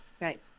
Right